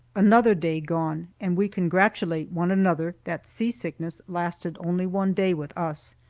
another day gone, and we congratulate one another that seasickness lasted only one day with us.